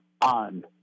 on